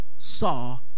Saw